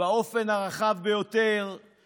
באופן הרחב ביותר שהכרנו עד